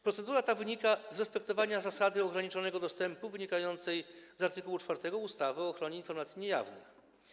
Procedura ta wynika z respektowania zasady ograniczonego dostępu wynikającej z art. 4 ustawy o ochronie informacji niejawnych.